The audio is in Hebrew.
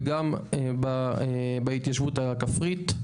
וגם בהתיישבות הכפרית,